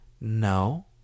No